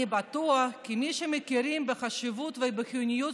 אני בטוח כי "כמי שמכירים בחשיבות ובחיוניות